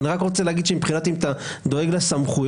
אני רק רוצה להגיד שאם אתה דואג לסמכויות,